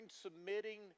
submitting